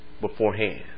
beforehand